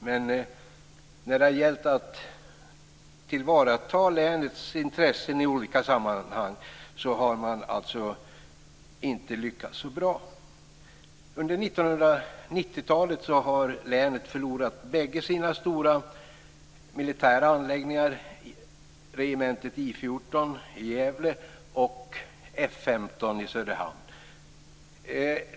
Men när det har gällt att tillvarata länets intressen i olika sammanhang har man alltså inte lyckats så bra. Under 1990-talet har länet förlorat bägge sina stora militära anläggningar, regementet I 14 i Gävle och F 15 i Söderhamn.